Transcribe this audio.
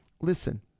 Listen